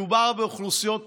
מדובר באוכלוסיות מוחלשות,